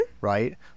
right